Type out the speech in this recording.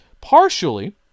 Partially